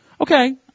Okay